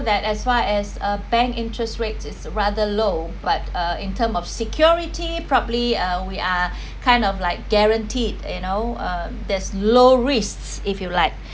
that as far as a bank interest rates is rather low but uh in terms of security probably uh we are kind of like guaranteed you know uh there's low risks if you like